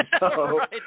right